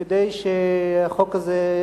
כדי שהחוק הזה,